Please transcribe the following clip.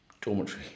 dormitory